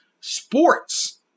sports